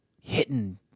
hitting